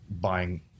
buying